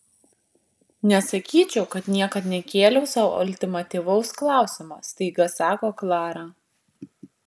nesakyčiau kad niekad nekėliau sau ultimatyvaus klausimo staiga sako klara